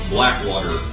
Blackwater